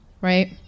Right